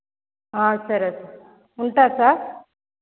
సరే ఉంటా సార్